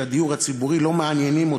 הילדים של הדיור הציבורי לא מעניינים אותי.